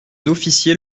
officiers